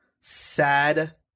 sad